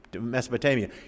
Mesopotamia